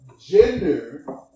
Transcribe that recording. gender